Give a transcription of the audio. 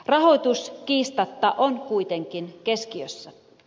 rahoitus kiistatta on kuitenkin keskiössä